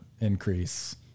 increase